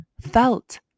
felt